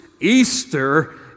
Easter